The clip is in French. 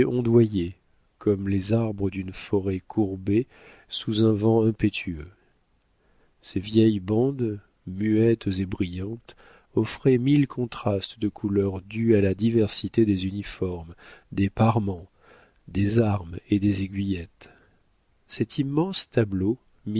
ondoyer comme les arbres d'une forêt courbés sous un vent impétueux ces vieilles bandes muettes et brillantes offraient mille contrastes de couleurs dus à la diversité des uniformes des parements des armes et des aiguillettes cet immense tableau